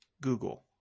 Google